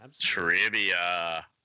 trivia